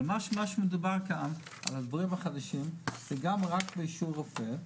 אבל מה שמדובר כאן על הדברים החדשים זה גם רק באישור רופא,